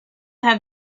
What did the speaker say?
have